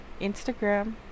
Instagram